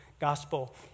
gospel